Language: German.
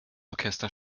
orchester